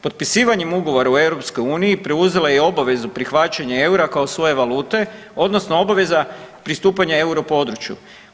Potpisivanjem ugovora o EU preuzela je i obavezu prihvaćanja eura kao svoje valute, odnosno obveza pristupanja euro području.